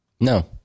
No